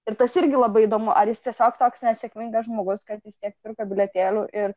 ir tas irgi labai įdomu ar jis tiesiog toks nesėkmingas žmogus kad jis tiek pirko bilietėlių ir